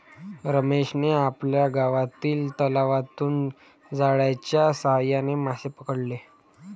रमेशने आपल्या गावातील तलावातून जाळ्याच्या साहाय्याने मासे पकडले